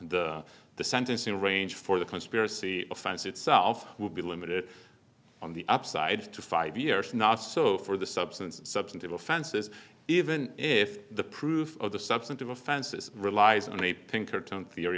the the sentencing range for the conspiracy offense itself will be limited on the upside to five years not so for the substance substantive offenses even if the proof of the substantive offenses relies on a pinkerton theory